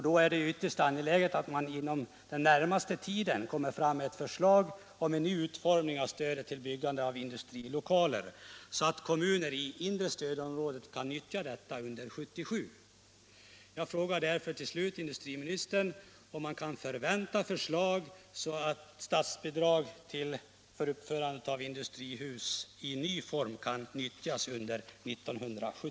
Det är därför ytterst angeläget att ett förslag inom den närmaste tiden läggs fram om en ny utformning av stödet till byggande av industrilokaler så att kommuner i inre stödområdet kan nyttja detta under 1977. Jag frågar därför till slut industriministern om vi snart kan vänta ett sådant förslag.